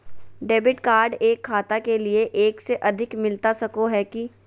Debit card एक खाता के लिए एक से अधिक मिलता सको है की?